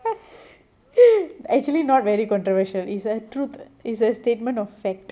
actually not very controversial is a truth is a statement of fact